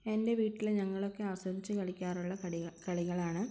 എൻറ്റെ വീട്ടില് ഞങ്ങളൊക്കെ ആസ്വദിച്ച് കളിക്കാറുള്ള കളികളാണ്